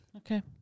Okay